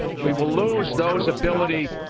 we will lose those abilities,